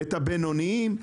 את הבינוניים,